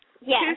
Yes